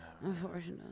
unfortunately